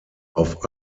auf